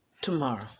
tomorrow